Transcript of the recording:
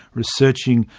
researching,